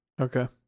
Okay